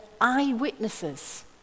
eyewitnesses